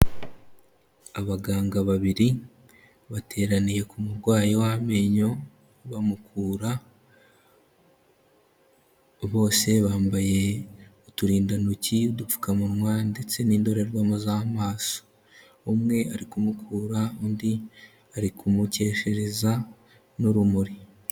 Abaganga babiri bateraniye ku murwayi w'amenyo bamukura, bose bambaye uturindantoki, udupfukamunwa ndetse n'indorerwamo z'amaso, umwe ari kumukura, undi ari kumukeshereza n'urumuri.